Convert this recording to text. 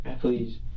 please